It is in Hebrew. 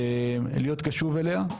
להיות קשוב אליה,